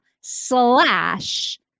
slash